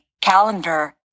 Calendar